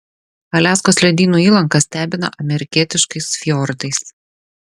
aliaskos ledynų įlanka stebina amerikietiškais fjordais